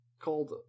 called